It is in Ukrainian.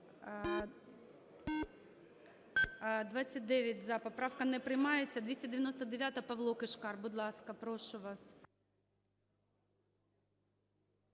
За-29 Поправка не приймається. 299-а, Павло Кишкар. Будь ласка, прошу вас.